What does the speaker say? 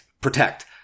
protect